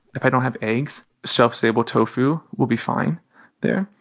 if i don't have eggs, shelf-stable tofu will be fine there.